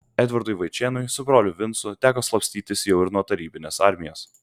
edvardui vaičėnui su broliu vincu teko slapstytis jau ir nuo tarybinės armijos